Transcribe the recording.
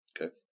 okay